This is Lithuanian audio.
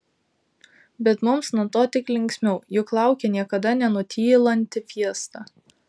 bet mums nuo to tik linksmiau juk laukia niekada nenutylanti fiesta